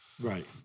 right